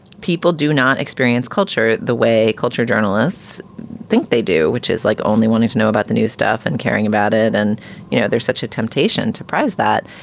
people do not experience culture the way culture journalists think they do, which is like only wanting to know about the new stuff and caring about it. and you know, there's such a temptation to price that.